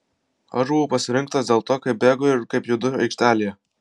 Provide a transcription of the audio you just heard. aš buvau pasirinktas dėl to kaip bėgu ir kaip judu aikštelėje